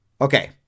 Okay